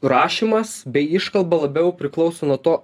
rašymas bei iškalba labiau priklauso nuo to